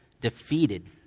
defeated